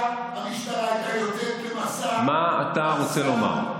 המשטרה הייתה יוצאת במסע, מה אתה רוצה לומר?